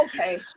Okay